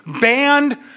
banned